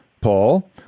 Paul